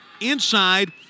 inside